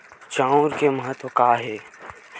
चांउर के महत्व कहां हे?